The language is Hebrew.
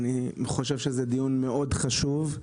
אני חושב שזה דיון מאד חשוב,